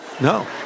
No